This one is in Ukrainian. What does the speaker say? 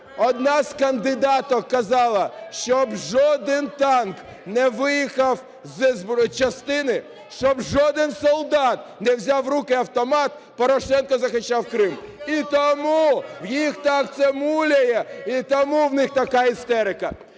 одна з кандидаток казала, щоб жоден танк не виїхав з частини, щоб жоден солдат не взяв в руки автомат, Порошенко захищав Крим. І тому їх це так муляє, і тому у них така істерика.